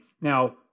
Now